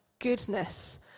goodness